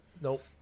Nope